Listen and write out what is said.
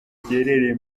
giherereye